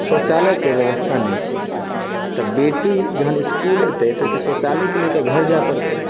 शौचालयके व्यवस्था नहि छै तऽ बेटी जहन इसकुल एतै तऽ की शौचालयके लिए घर जाइ पड़तै